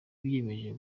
biyemeje